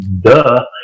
duh